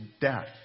death